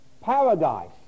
paradise